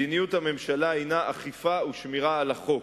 מדיניות הממשלה הינה אכיפה ושמירה על החוק,